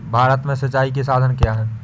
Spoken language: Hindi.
भारत में सिंचाई के साधन क्या है?